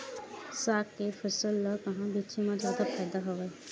साग के फसल ल कहां बेचे म जादा फ़ायदा हवय?